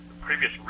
previous